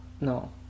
No